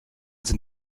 sind